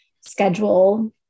schedule